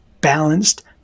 balanced